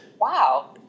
Wow